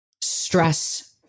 stress